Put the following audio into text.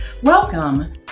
welcome